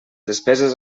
despeses